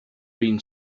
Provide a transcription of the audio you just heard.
been